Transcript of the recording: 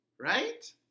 right